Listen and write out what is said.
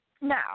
No